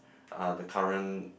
uh the current